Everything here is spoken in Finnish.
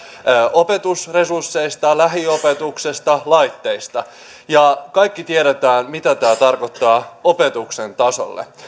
opetusresursseista lähiopetuksesta laitteista ja kaikki tiedämme mitä tämä tarkoittaa opetuksen tasolle